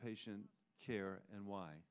patient care and why